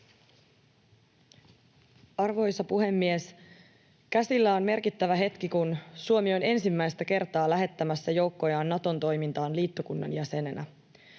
Arvoisa puhemies! Käsillä on merkittävä hetki, kun Suomi on ensimmäistä kertaa lähettämässä joukkojaan Naton toimintaan liittokunnan jäsenenä.